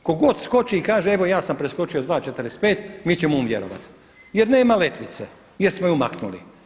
Tko god skoči i kaže, evo ja sam preskočio 2,45 mi ćemo mu vjerovati jer nema letvice, jer smo ju maknuli.